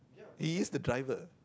he is the driver